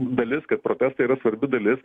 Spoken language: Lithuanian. dalis kad protestai yra svarbi dalis